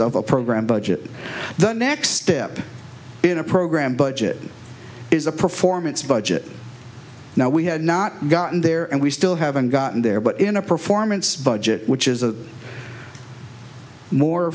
a program budget the next step in a program budget is a performance budget now we had not gotten there and we still haven't gotten there but in a performance budget which is a more